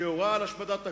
שהורה על השמדת הכור,